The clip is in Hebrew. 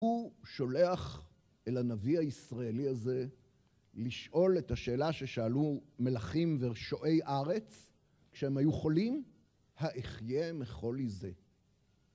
הוא שולח אל הנביא הישראלי הזה, לשאול את השאלה ששאלו מלאכים ושואי ארץ כשהם היו חולים, האחיה מחולי זה.